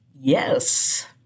Yes